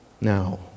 now